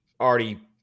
already